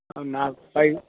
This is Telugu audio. నాకు ఫైవ్